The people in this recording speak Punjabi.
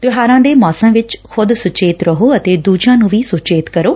ਤਿਉਹਾਰਾਂ ਦੇ ਮੌਸਮ ਵਿਚ ਖੁਦ ਸੁਚੇਤ ਰਹੋ ਅਤੇ ਦੂਜਿਆਂ ਨੂੰ ਵੀ ਸੁਚੇਤ ਕਰੋ